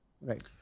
Right